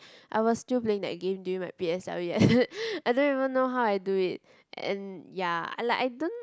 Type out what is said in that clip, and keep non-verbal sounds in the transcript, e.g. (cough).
I was still playing that game during my P_S_L_E (laughs) I don't even know how I do it and ya and like I don't